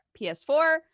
PS4